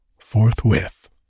forthwith